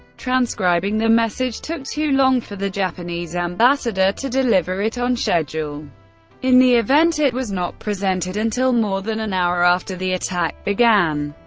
transcribing the message took too long for the japanese ambassador to deliver it on schedule in the event, it was not presented until more than an hour after the attack began.